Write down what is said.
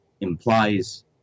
implies